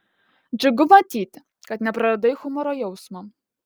džiugu matyti kad nepraradai humoro jausmo